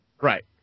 Right